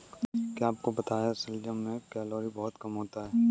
क्या आपको पता है शलजम में कैलोरी बहुत कम होता है?